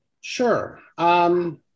Sure